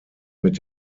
mit